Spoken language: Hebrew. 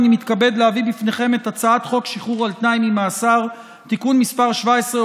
אני מתכבד להביא בפניכם את הצעת חוק שחרור על תנאי ממאסר (תיקון מס׳ 17,